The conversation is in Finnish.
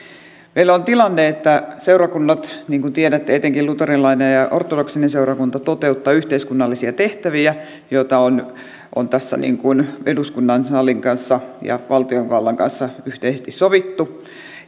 meillä on tilanne että seurakunnat niin kuin tiedätte etenkin luterilainen ja ja ortodoksinen seurakunta toteuttavat yhteiskunnallisia tehtäviä joita on on tässä eduskunnan salin kanssa ja valtiovallan kanssa yhteisesti sovittu